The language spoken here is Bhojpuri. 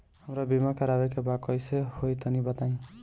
हमरा बीमा करावे के बा कइसे होई तनि बताईं?